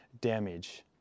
damage